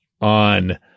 on